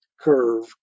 curve